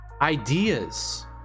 ideas